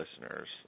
listeners